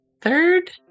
third